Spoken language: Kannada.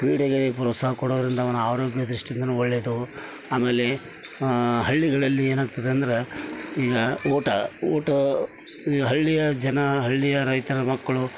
ಕ್ರೀಡೆಗೆ ಪ್ರೋತ್ಸಾಹ ಕೊಡೋದರಿಂದ ಅವನ ಆರೋಗ್ಯ ದೃಷ್ಟಿಯಿಂದಲೂ ಒಳ್ಳೇದು ಆಮೇಲೆ ಹಳ್ಳಿಗಳಲ್ಲಿ ಏನಾಗ್ತದೆ ಅಂದ್ರೆ ಈಗ ಓಟ ಓಟ ಈ ಹಳ್ಳಿಯ ಜನ ಹಳ್ಳಿಯ ರೈತರ ಮಕ್ಕಳು